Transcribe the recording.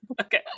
Okay